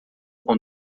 com